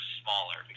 smaller